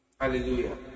Hallelujah